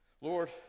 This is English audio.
Lord